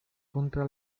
contra